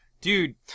Dude